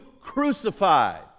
crucified